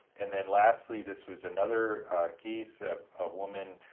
and then lastly, this was another case of a woman,